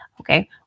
okay